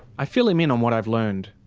i fill him in on what i've learned.